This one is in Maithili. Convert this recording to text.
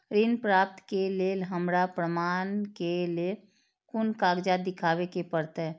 ऋण प्राप्त के लेल हमरा प्रमाण के लेल कुन कागजात दिखाबे के परते?